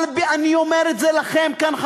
אבל אני אומר את זה לכם כאן,